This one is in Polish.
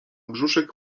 brzuszek